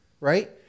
right